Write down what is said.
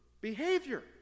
behavior